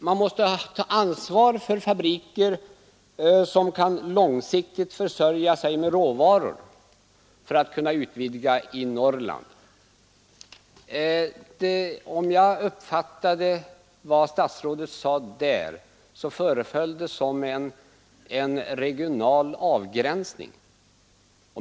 Man måste ta ansvar för fabriker som långsiktigt kan försörja sig med råvaror för att kunna utvidga i Norrland. Om jag uppfattade statsrådet rätt föreföll det som om han talade för en regional avgränsning.